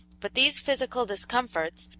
but these physical discomforts,